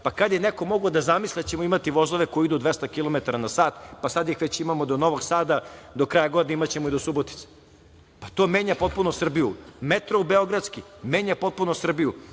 Kad je neko mogao da zamisli da ćemo imati vozove koji će ići 200 kilometara na sat? Sad ih već imamo do Novog Sada, do kraja godine imaćemo i do Subotice. To menja potpuno Srbiju. Metro beogradski menja potpuno Srbiju. Ovde,